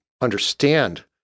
understand